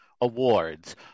awards